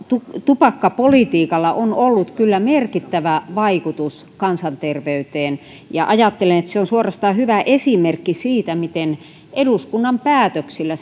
tupakkapolitiikalla on ollut kyllä merkittävä vaikutus kansanterveyteen ja ajattelen että se on suorastaan hyvä esimerkki siitä miten eduskunnan päätöksillä